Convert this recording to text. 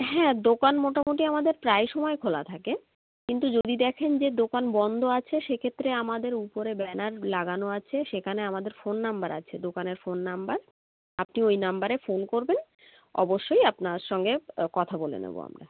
হ্যাঁ দোকান মোটামুটি আমাদের প্রায়ই সময় খোলা থাকে কিন্তু যদি দেখেন যে দোকান বন্ধ আছে সেক্ষেত্রে আমাদের উপরে ব্যানার লাগানো আছে সেখানে আমাদের ফোন নাম্বার আছে দোকানের ফোন নাম্বার আপনি ওই নাম্বারে ফোন করবেন অবশ্যই আপনার সঙ্গে কথা বলে নেবো আমরা